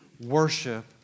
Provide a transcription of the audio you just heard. Worship